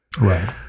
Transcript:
Right